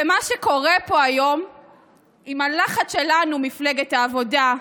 מה שקורה פה היום עם הלחץ שלנו, מפלגת העבודה,